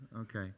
okay